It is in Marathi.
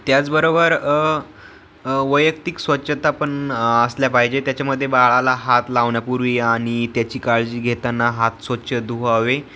त्याचबरोबर वैयक्तिक स्वच्छता पण असली पाहिजे त्याच्यामध्ये बाळाला हात लावण्यापूर्वी आणि त्याची काळजी घेताना हात स्वच्छ धुवावे